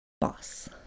boss